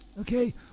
Okay